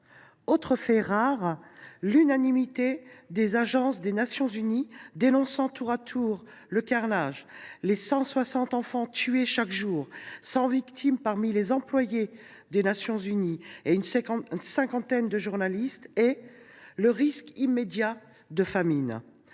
Autre fait rare, l’unanimité des agences des Nations unies dénonçant tour à tour le « carnage », les « cent soixante enfants tués chaque jour », cent victimes parmi les employés des Nations unies et une cinquantaine parmi les journalistes, et le « risque immédiat de famine